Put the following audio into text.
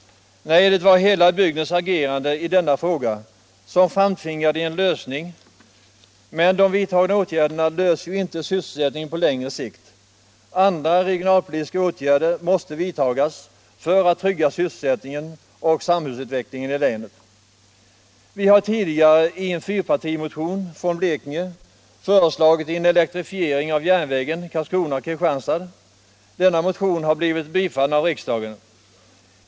Nej, det var hela bygdens agerande i denna fråga som framtvingade en lösning. Men de vidtagna åtgärderna löser inte sysselsättningsproblemen på längre sikt. Andra regionalpolitiska åtgärder måste vidtagas för att trygga sysselsättningen och samhällsutvecklingen i länet. Vi har tidigare i en fyrpartimotion från Blekinge föreslagit en elektrifiering av järnvägen Karlskrona-Kristianstad. Denna motion har blivit bifallen av riksdagen.